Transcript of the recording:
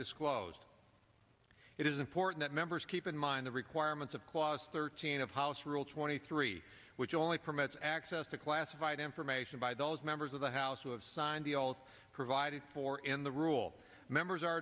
disclosed it is important members keep in mind the requirements of clause thirteen of house rule twenty three which only permits access to classified information by those members of the house who have signed the all provided for in the rule members are